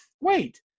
Wait